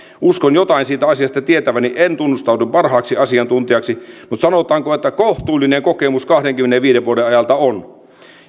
uskon jotain siitä asiasta tietäväni en tunnustaudu parhaaksi asiantuntijaksi mutta sanotaanko että kohtuullinen kokemus kahdenkymmenenviiden vuoden ajalta on